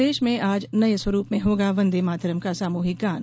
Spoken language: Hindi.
प्रदेश में आज नये स्वरूप में होगा वंदे मातरम का सामूहिक गान